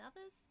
others